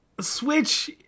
Switch